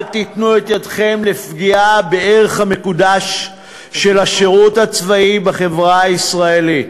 אל תיתנו ידכם לפגיעה בערך המקודש של השירות הצבאי בחברה הישראלית,